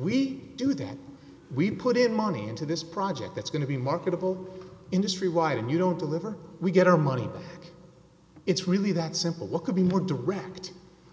we do that we put in money into this project that's going to be marketable industry wide and you don't deliver we get our money back it's really that simple what could be more direct